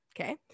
Okay